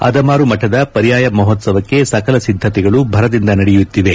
ಅದಮಾರು ಮಠದ ಪರ್ಯಾಯ ಮಹೋತ್ಸವಕ್ಕೆ ಸಕಲ ಸಿದ್ದತೆಗಳು ಭರದಿಂದ ನಡೆಯುತ್ತಿವೆ